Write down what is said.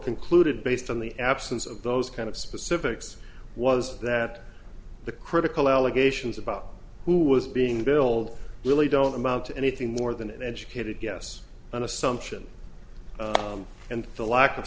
concluded based on the absence of those kind of specifics was that the critical allegations about who was being billed really don't amount to anything more than an educated guess an assumption and the lack of